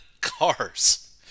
cars